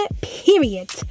period